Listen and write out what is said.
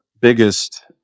biggest